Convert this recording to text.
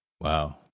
Wow